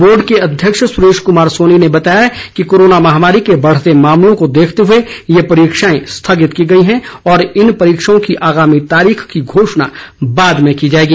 board के अध्यक्ष सुरेश कुमार सोनी ने बताया कि कोरोना महामारी के बढ़ते मामलों को देखते हुए ये परीक्षाए स्थगित की गई हैं और इन परीक्षाओं की आगामी तारीख की घोषणा बाद में की जाएगी